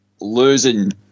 losing